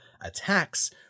attacks